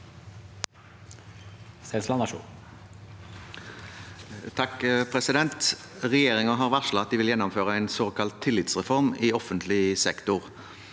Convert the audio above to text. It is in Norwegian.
(H) Regjeringen har varslet at de vil gjennomføre en såkalt tillitsreform i offentlig sektor.